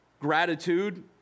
gratitude